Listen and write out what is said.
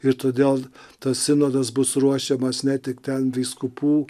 ir todėl tas sinodas bus ruošiamas ne tik ten vyskupų